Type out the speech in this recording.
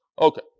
Okay